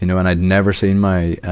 you know and i'd never seem my, ah,